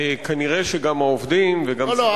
כנראה גם העובדים, לא, לא.